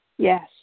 Yes